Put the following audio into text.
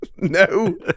No